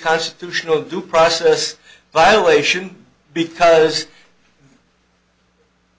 constitutional due process violation because